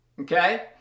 Okay